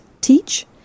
teach